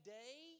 day